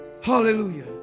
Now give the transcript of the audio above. Hallelujah